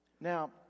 Now